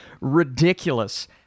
ridiculous